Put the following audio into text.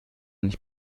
nicht